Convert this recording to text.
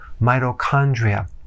mitochondria